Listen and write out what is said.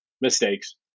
mistakes